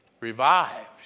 revived